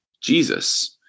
Jesus